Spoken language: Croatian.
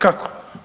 Kako?